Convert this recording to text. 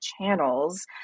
channels